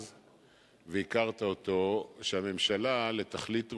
אז, הכרת אותו, שהממשלה, לתכלית ראויה,